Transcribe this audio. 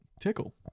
tickle